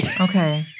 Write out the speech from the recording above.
Okay